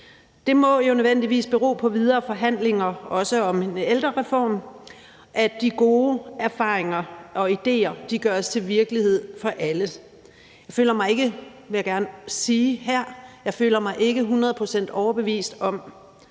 Det må jo nødvendigvis bero på videre forhandlinger, også om en ældrereform, at de gode erfaringer og idéer gøres til virkelighed for alle. Jeg vil gerne sige, at jeg